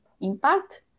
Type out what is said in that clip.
impact